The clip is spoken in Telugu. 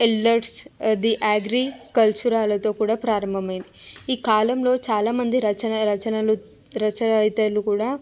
ఎల్డర్స్ దె అగ్రి కల్చురాతో కూడా ప్రారంభమైంది ఈ కాలంలో చాలా మంది రచన రచనలు రచయితలు కూడా